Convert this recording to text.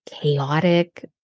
chaotic